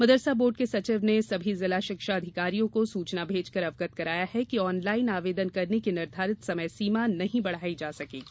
मदरसा board के सचिव ने सभी जिला शिक्षा अधिकारियों को सूचना भेजकर अवगत कराया है कि ऑनलाइन आवेदन करने की निर्धारित समय सीमा नहीं बढ़ाई जा सकेगी